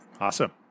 Awesome